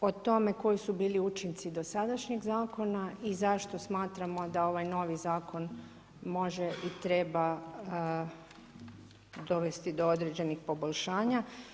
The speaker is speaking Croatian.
Po tome koji su bili učinci dosadašnjeg zakona i zašto smatramo da ovaj novi zakon može i treba dovesti do određenih poboljšanja.